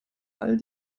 all